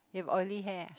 you have oily hair ah